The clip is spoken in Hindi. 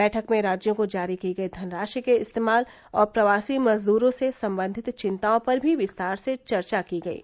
बैठक में राज्यों को जारी की गयी धनराशि के इस्तेमाल और प्रवासी मजदूरों से संबंधित चिंताओं पर भी विस्तार से चर्चा की गयी